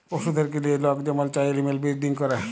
পশুদেরকে লিঁয়ে লক যেমল চায় এলিম্যাল বিরডিং ক্যরে